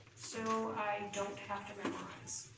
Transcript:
so i don't have to memorize?